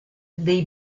dei